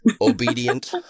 obedient